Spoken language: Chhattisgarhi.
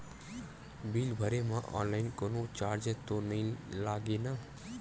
बिल भरे मा ऑनलाइन कोनो चार्ज तो नई लागे ना?